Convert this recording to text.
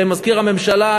מזכיר הממשלה,